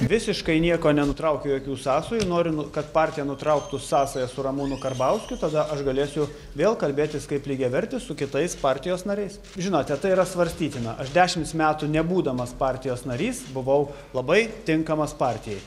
visiškai nieko nenutraukiu jokių sąsajų noriu nu kad partija nutrauktų sąsajas su ramūnu karbauskiu tada aš galėsiu vėl kalbėtis kaip lygiavertis su kitais partijos nariais žinote tai yra svarstytina aš dešimts metų nebūdamas partijos narys buvau labai tinkamas partijai